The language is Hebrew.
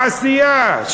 בעשייה,